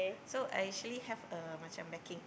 so I actually have a macam backing